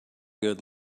good